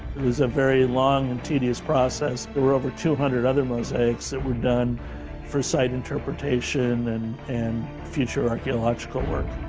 was a very long and tedious process. there were over two hundred other mosaics that were done for sight interpretation and and future archaeological work.